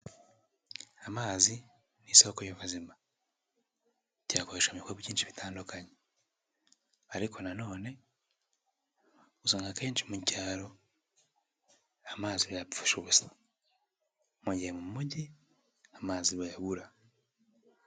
Amazi ni isoko y'ubuzima tuyakoresha ibikorwa byinshi bitandukanye, ariko nanone usanga akenshi mu cyaro amazi bayapfusha ubusa, mu gihe mu mujyi amazi bayabura.